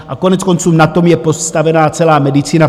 A koneckonců, na tom je postavena celá medicína.